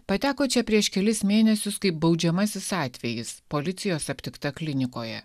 pateko čia prieš kelis mėnesius kaip baudžiamasis atvejis policijos aptikta klinikoje